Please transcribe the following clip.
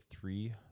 three